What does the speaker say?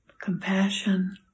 compassion